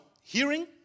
hearing